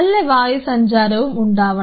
നല്ല വായുസഞ്ചാരവും ഉണ്ടാവണം